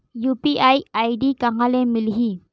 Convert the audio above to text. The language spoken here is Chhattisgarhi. यू.पी.आई आई.डी कहां ले मिलही?